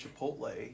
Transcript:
Chipotle